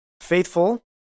faithful